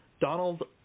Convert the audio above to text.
Donald